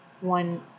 one